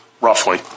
roughly